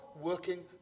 working